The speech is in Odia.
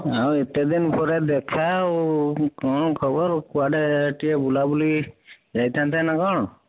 ଆଉ ଏତେ ଦିନ ପରେ ଦେଖା ଆଉ କ'ଣ ଖବର କୁଆଡ଼େ ଟିକେ ବୁଲାବୁଲି ଯାଇଥାନ୍ତେ ନା କ'ଣ